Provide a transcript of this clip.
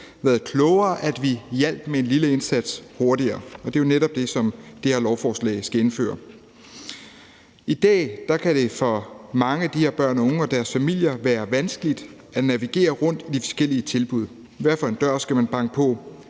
været klogere, at vi hjalp med en lille indsats hurtigere? Det er jo netop det, som det her lovforslag skal indføre. I dag kan det for mange af de her børn og unge og deres familier være vanskeligt at navigere rundt i de forskellige tilbud: Hvad for en dør skal man banke på?